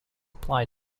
apply